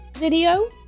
video